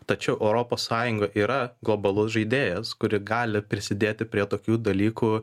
tačiau europos sąjunga yra globalus žaidėjas kuri gali prisidėti prie tokių dalykų